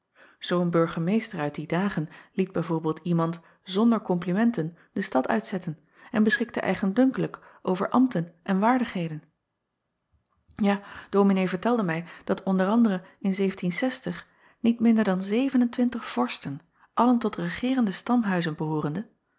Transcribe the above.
oo n urgemeester uit die dagen liet b v iemand zonder komplimenten de stad uitzetten en beschikte eigendunkelijk over ambten en waardigheden ja ominee vertelde mij dat o a in niet acob van ennep laasje evenster delen minder dan zeven-en-twintig vorsten allen tot regeerende stamhuizen behoorende